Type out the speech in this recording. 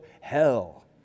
hell